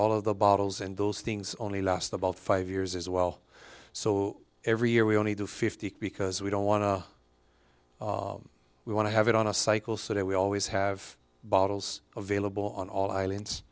all of the bottles and those things only last about five years as well so every year we only do fifty because we don't want to we want to have it on a cycle so that we always have bottles of vailable on all islands